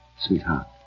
Sweetheart